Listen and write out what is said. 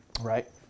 Right